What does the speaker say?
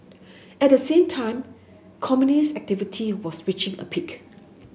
at same time communist activity was reaching a peak